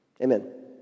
Amen